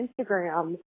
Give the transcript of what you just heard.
Instagram